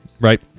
right